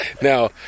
Now